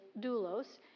doulos